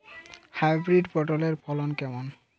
Hybrid পটলের ফলন কেমন?